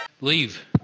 Leave